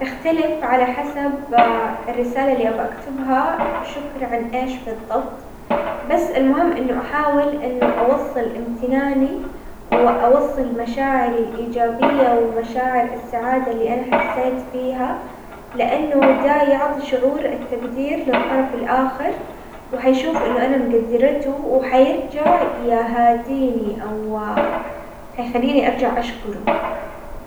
تختلف على حسب الرسالة اللي ابغى اكتبها شكر عن ايش بالضبط، بس المهم انه احاول انه اوصل امتناني واوصل مشاعري الايجابية ومشاعر السعادة اللي انا حسيت فيها، لانه دا يعطي شعور التقدير للطرف الاخر، وحيشوف انه انا مقدرته وحيرجع يهاديني او حيخليني ارجع اشكره.